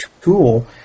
tool